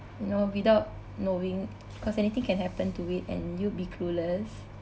you know without knowing cause anything can happen to it and you'd be clueless